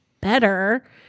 better